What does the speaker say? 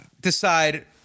Decide